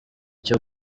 cyo